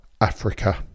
Africa